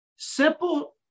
Simple